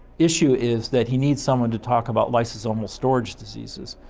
issue is that he needs someone to talk about lysosomal storage diseases,